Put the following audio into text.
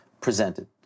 presented